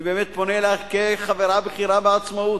אני באמת פונה אלייך כחברה בכירה בעצמאות.